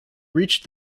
reached